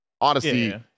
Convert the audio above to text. Odyssey